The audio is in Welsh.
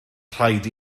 rhaid